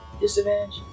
Disadvantage